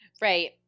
Right